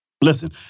Listen